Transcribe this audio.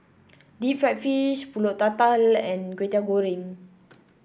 Deep Fried Fish pulut tatal and Kwetiau Goreng